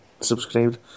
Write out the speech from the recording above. subscribed